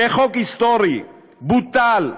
כחוק היסטורי, בוטל.